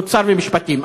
משרד אוצר ומשרד משפטים,